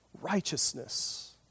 righteousness